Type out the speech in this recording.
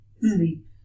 sleep